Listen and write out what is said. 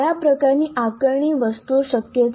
કયા પ્રકારની આકારણી વસ્તુઓ શક્ય છે